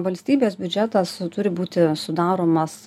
valstybės biudžetas turi būti sudaromas